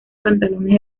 pantalones